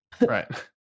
Right